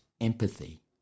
empathy